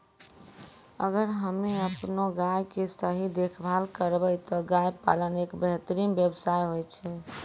अगर हमॅ आपनो गाय के सही देखभाल करबै त गाय पालन एक बेहतरीन व्यवसाय होय छै